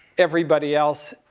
everybody else.